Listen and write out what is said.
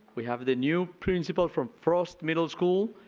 we have the new principal from forest middle school.